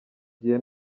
gihe